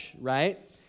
right